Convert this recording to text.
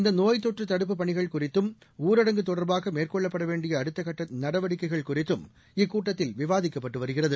இந்த நோய் தொற்று தடுப்புப் பணிகள் குறித்தும் ஊரடங்கு தொடர்பாக மேற்கொள்ளப்பட வேண்டிய அடுத்தக்கட்ட நடவடிக்கைகள் குறித்தும் இக்கூட்டத்தில் விவாதிக்கப்பட்டு வருகிறது